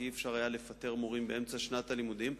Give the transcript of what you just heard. כי לא היה אפשר לפטר מורים באמצע שנת הלימודים,